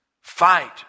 fight